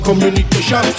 Communication